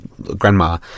grandma